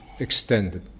Extended